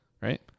right